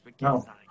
No